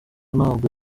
ntabwo